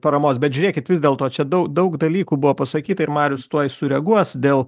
paramos bet žiūrėkit vis dėlto čia daug daug dalykų buvo pasakyta ir marius tuoj sureaguos dėl